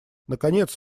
наконец